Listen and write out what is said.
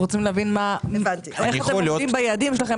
אנחנו רוצים להבין איך אתם עומדים ביעדים שלכם?